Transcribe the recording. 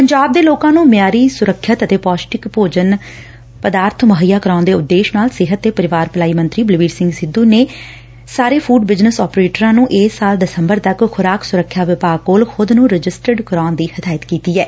ਪੰਜਾਬ ਦੇ ਲੋਕਾ ਨ੍ਰੰ ਮਿਆਰੀ ਸੁਰੱਖਿਅਤ ਅਤੇ ਪੌਸ਼ਟਿਕ ਭੋਜਨ ਪਦਾਰਬ ਮੁਹੱਈਆ ਕਰਵਾਉਣ ਦੇ ਉਦੇਸ਼ ਨਾਲ ਸਿਹਤ ਤੇ ਪਰਿਵਾਰ ਭਲਾਈ ਮੰਤਰੀ ਬਲਬੀਰ ਸਿੰਘ ਸਿੱਧੁ ਨੇ ਸਾਰੇ ਫੁਡ ਬਿਜਨਸ ਅਪਰੇਟਰਾਂ ਨ੍ੰ ਇਸ ਸਾਲ ਦਸੰਬਰ ਤੱਕ ਖੁਰਾਕ ਸੁਰੱਖਿਆ ਵਿਭਾਗ ਕੋਲ ਖੁਦ ਨੂੰ ਰਜਿਸਟਡ ਕਰਾਉਣ ਦੀ ਹਦਾਇਤ ਕੀਤੀ ਐ